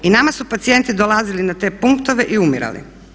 I nama su pacijenti dolazili na te punktove i umirali.